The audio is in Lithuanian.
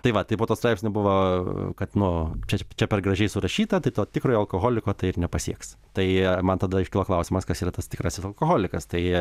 tai va tai po tuo straipsnio buvo kad nu čia čia per gražiai surašyta tai to tikrojo alkoholiko tai ir nepasieks tai man tada iškilo klausimas kas yra tas tikras alkoholikasis tai